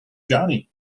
johnny